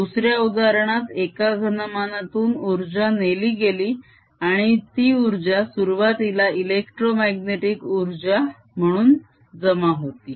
दुसऱ्या उदाहरणात एका घनमानातून उर्जा नेली गेली आणि ती उर्जा सुरुवातीला इलेक्ट्रोमाग्नेटीक उर्जा म्हणून जमा होती